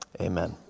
amen